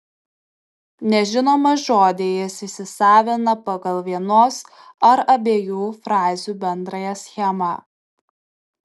nežinomą žodį jis įsisavina pagal vienos ar abiejų frazių bendrąją schemą